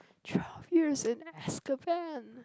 twelve years in Azkaban